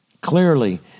Clearly